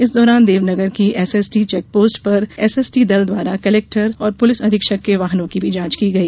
इस दौरान देवनगर की एसएसटी चेक पोस्ट पर एसएसटी दल द्वारा कलेक्टर और पुलिस अधीक्षक के वाहनों की भी जांच की गई